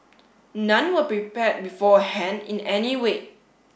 none were prepared beforehand in any way